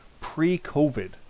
pre-COVID